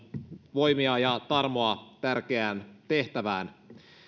voimia ja tarmoa tärkeään tehtävään